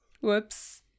Whoops